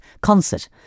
concert